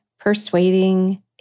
persuading